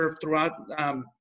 throughout